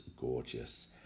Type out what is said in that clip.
gorgeous